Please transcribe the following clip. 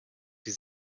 sie